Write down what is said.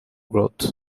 growth